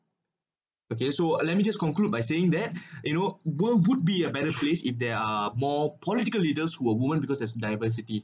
okay so uh let me just conclude by saying that you know world would be a better place if there are more political leaders who are women because that is diversity